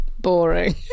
boring